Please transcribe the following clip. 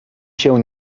się